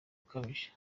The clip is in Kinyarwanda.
ukabije